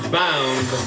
bound